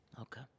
Okay